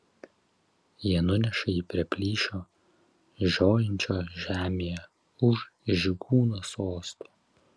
jie nuneša jį prie plyšio žiojinčio žemėje už žygūno sosto